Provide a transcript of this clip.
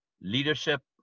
leadership